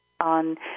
On